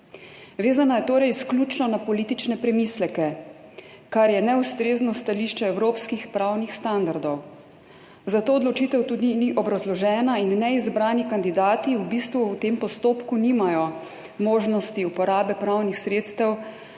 Vezana je torej izključno na politične premisleke, kar je neustrezno stališče evropskih pravnih standardov. Zato odločitev tudi ni obrazložena in neizbrani kandidati v bistvu v tem postopku nimajo možnosti uporabe pravnih sredstev